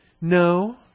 No